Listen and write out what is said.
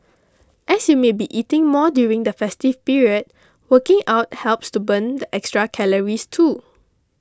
as you may be eating more during the festive period working out helps to burn the extra calories too